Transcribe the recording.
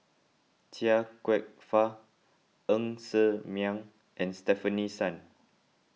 Chia Kwek Fah Ng Ser Miang and Stefanie Sun